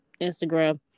Instagram